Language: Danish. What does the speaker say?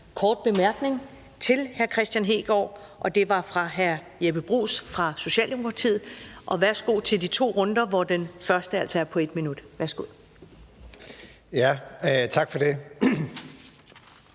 kort bemærkning til hr. Kristian Hegaard, og det er fra hr. Jeppe Bruus fra Socialdemokratiet. Værsgo til de to runder, hvor den første altså er på 1 minut. Kl. 11:01 Jeppe